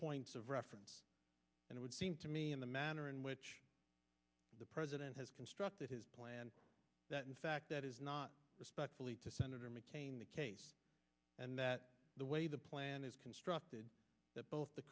points of reference and would seem to me in the manner in which the president has constructed his plan that in fact that is not respectfully to senator mccain the case and that the way the plan is constructed that both the